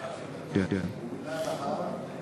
א-נהר, המילה נהר,